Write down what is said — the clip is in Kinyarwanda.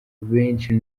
benshi